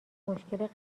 مشکل